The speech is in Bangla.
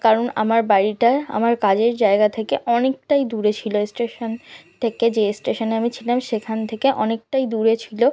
কারণ আমার বাড়িটা আমার কাজের জায়গা থেকে অনেকটাই দূরে ছিল স্টেশন থেকে যে স্টেশনে আমি ছিলাম সেখান থেকে অনেকটাই দূরে ছিল